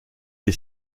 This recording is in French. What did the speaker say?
est